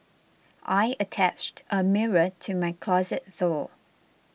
I attached a mirror to my closet door